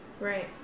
Right